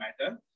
matter